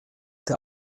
der